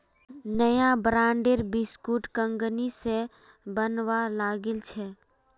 नया ब्रांडेर बिस्कुट कंगनी स बनवा लागिल छ